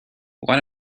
what